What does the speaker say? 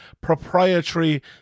proprietary